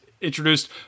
introduced